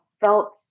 felt